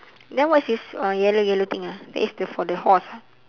then what's his uh yellow yellow thing ah that is the for the horse ah